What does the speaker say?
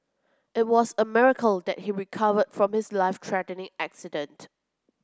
it was a miracle that he recovered from his life threatening accident